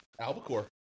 Albacore